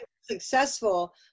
successful